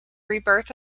rebirth